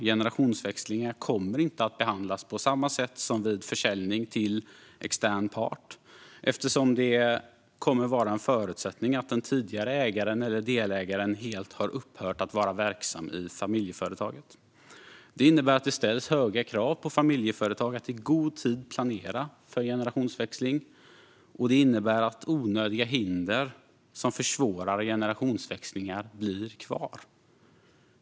Generationsväxlingar kommer inte att behandlas på samma sätt som försäljning till extern part eftersom det kommer att vara en förutsättning att den tidigare ägaren eller delägaren helt har upphört att vara verksam i familjeföretaget. Det innebär att det ställs höga krav på familjeföretag att i god tid planera för generationsväxling, och det innebär att onödiga hinder som försvårar generationsväxlingar blir kvar.